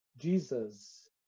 Jesus